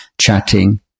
chatting